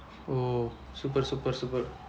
oh super super super